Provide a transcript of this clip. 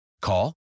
Call